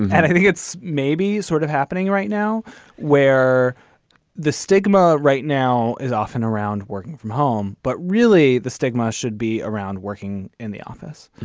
and i think it's maybe sort of happening right now where the stigma right now is often around working from home. but really, the stigma should be around working in the office.